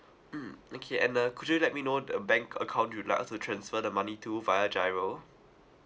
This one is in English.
mm okay and uh could you let me know the bank account you'd like us to transfer the money to via G_I_R_O